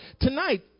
tonight